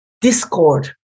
discord